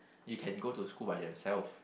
you can go to school by yourself